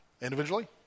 Individually